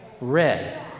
Red